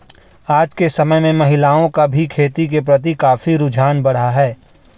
आज के समय में महिलाओं का भी खेती के प्रति काफी रुझान बढ़ा है